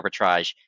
arbitrage